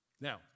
Now